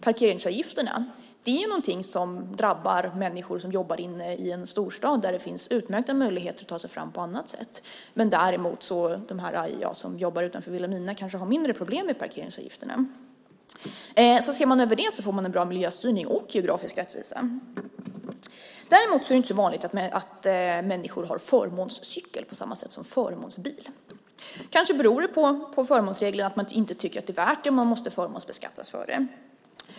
Parkeringsavgifter är ju någonting som drabbar människor som jobbar inne i en storstad där det finns utmärkta möjligheter att ta sig fram på andra sätt. Däremot kanske de som jobbar utanför Vilhelmina har mindre problem med parkeringsavgifterna. Ser man över det får man en bra miljöstyrning, och det är bra för skatterättvisan. Däremot är det inte så vanligt att människor har förmånscykel på samma sätt som förmånsbil. Kanske beror det på förmånsreglerna att man inte tycker att det är värt det och att man måste förmånsbeskattas för det.